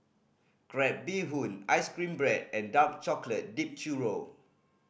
crab bee hoon ice cream bread and dark chocolate dipped churro